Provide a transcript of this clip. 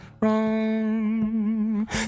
wrong